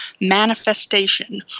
manifestation